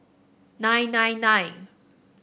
nine nine nine